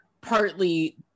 partly